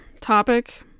topic